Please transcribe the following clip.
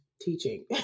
teaching